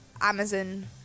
amazon